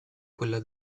quella